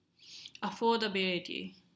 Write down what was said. Affordability